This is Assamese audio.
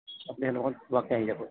আপুনি সেনেকুৱাত পোৱাকৈ আহি যাব